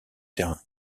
terrain